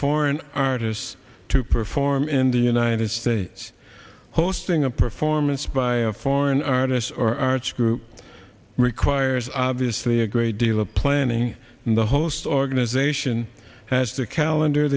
foreign artists to perform in the united states hosting a performance by foreign artists or arts group requires obviously a great deal of planning and the host organization has the calendar